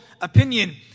opinion